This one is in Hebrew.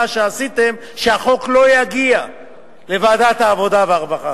שעשיתם שהחוק לא יגיע לוועדת העבודה והרווחה.